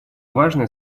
важное